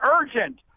urgent